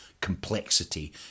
complexity